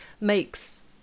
makes